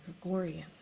Gregorian